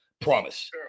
promise